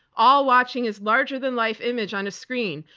all watching his larger than life image on a screen,